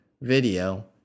video